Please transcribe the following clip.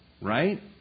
right